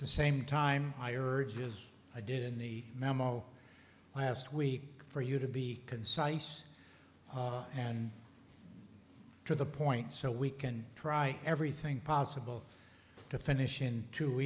the same time i urges i did in the memo last week for you to be concise and to the point so we can try everything possible to finish in t